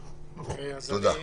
תודה.